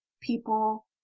people